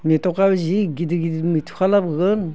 मेथ'खा जि गिदि गिदि मेथ'खा लाबोगोन